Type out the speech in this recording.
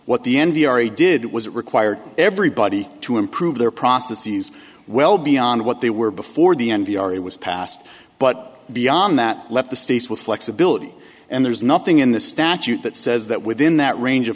what the n v ari did was required everybody to improve their processes well beyond what they were before the n p r it was passed but beyond that let the states with flexibility and there's nothing in the statute that says that within that range of